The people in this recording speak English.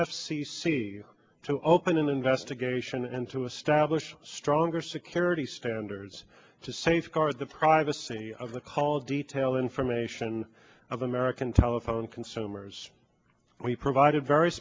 c to open an investigation and to establish stronger security standards to safeguard the privacy of the call detail information of american telephone consumers we provided very